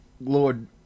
lord